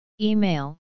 Email